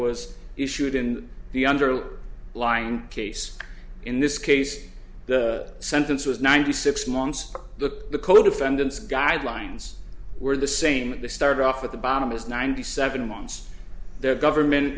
was issued in the under lying case in this case the sentence was ninety six months look the co defendants guidelines were the same they started off at the bottom is ninety seven months their government